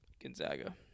Gonzaga